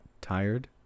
tired